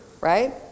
Right